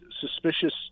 suspicious